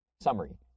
Summary